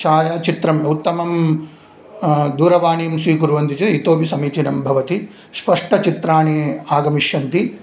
छायाचित्रम् उत्तमं दूरवाणीं स्वीकुर्वन्ति चेत् इतोपि समीचीनं भवति स्पष्टचित्राणि आगमिष्यन्ति